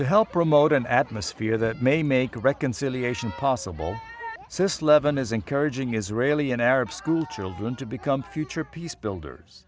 to help promote an atmosphere that may make reconciliation possible sisler of an is encouraging israeli and arab school children to become future peace builders